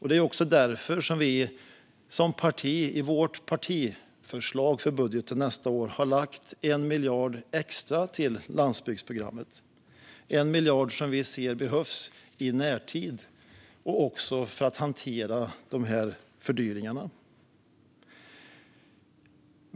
Det är också därför som vi som parti i vårt partiförslag för budgeten nästa år har lagt 1 miljard extra till landsbygdsprogrammet. Det är 1 miljard som vi ser behövs i närtid också för att hantera fördyringarna.